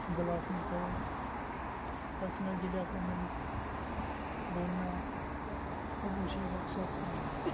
blocking پر personal development بولنا سب اسی ورکشاپ کا ہے